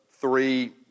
three